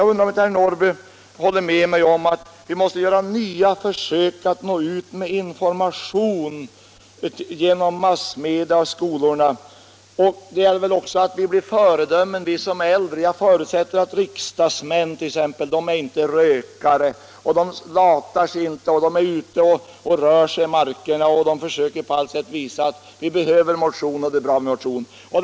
Jag undrar om inte herr Norrby håller med mig om att vi måste göra nya försök att nå ut med information i hälsofrågor genom massmedia och skolorna. Vi måste också bli föredömen, vi som är äldre, t.ex. riksdagsmän, så att vi inte är rökare, inte latar oss, utan är ute och rör oss i markerna och på allt sätt försöker visa att vi behöver motion och att det är bra med motion.